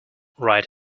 right